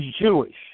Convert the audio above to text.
Jewish